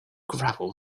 gravel